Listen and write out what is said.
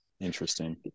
interesting